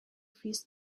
fils